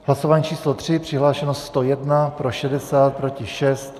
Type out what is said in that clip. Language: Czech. Hlasování číslo 3, přihlášeno 101, pro 60, proti 6.